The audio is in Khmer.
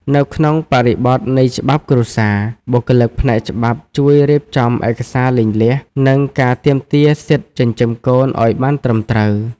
នៅក្នុងបរិបទនៃច្បាប់គ្រួសារ បុគ្គលិកផ្នែកច្បាប់ជួយរៀបចំឯកសារលែងលះ និងការទាមទារសិទ្ធិចិញ្ចឹមកូនឱ្យបានត្រឹមត្រូវ។